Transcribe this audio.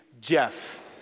Jeff